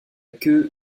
queue